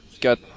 Got